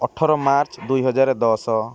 ଅଠର ମାର୍ଚ୍ଚ ଦୁଇ ହଜାର ଦଶ